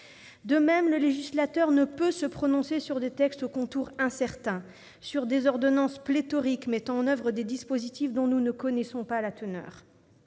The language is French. De même, le législateur ne peut se prononcer sur des textes aux contours incertains, sur des ordonnances pléthoriques mettant en oeuvre des dispositifs dont nous ne connaissons pas la teneur.